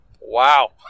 wow